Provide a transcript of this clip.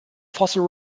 fossil